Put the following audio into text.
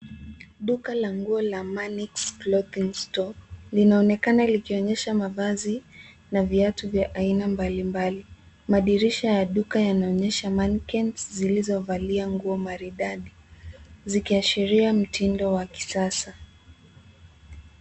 Duka la nguo la Manix clothing store[sc] linaonekana likionyesha mavazi na viatu vya aina mbalimbali. Madirisha ya maduka yanaonyesha mannequins zilizovalia nguo maridadi zikiashiria mtindo wa kisasa.